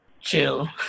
chill